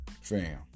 fam